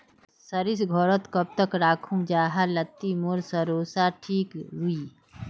सरिस घोरोत कब तक राखुम जाहा लात्तिर मोर सरोसा ठिक रुई?